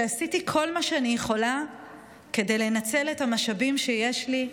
שעשיתי כל מה שאני יכולה כדי לנצל המשאבים שיש לי,